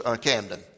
Camden